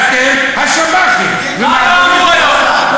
האיש אמר "ועדת הכנסת" והוא נעול על זה.